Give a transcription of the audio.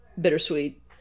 bittersweet